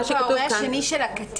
כתוב "ההורה השני של הקטין".